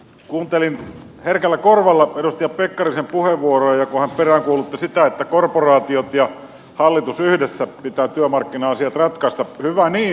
kuuntelin herkällä korvalla edustaja pekkarisen puheenvuoroa ja kun hän peräänkuulutti sitä että korporaatioiden ja hallituksen yhdessä pitää työmarkkina asiat ratkaista hyvä niin